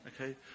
Okay